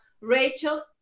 Rachel